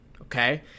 okay